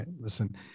listen